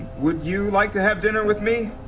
would you like to have dinner with me?